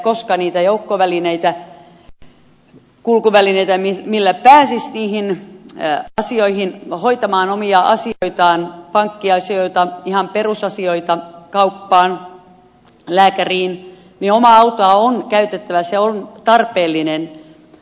koska niitä joukkoliikennevälineitä kulkuvälineitä joilla pääsisi hoitamaan omia asioitaan pankkiasioita ihan perusasioita kauppaan lääkäriin ei ole tiheässä omaa autoa on käytettävä se on tarpeellinen